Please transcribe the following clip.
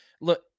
Look